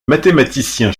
mathématicien